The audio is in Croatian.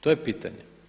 To je pitanje?